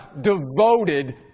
devoted